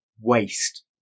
waste